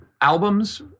albums